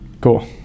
Cool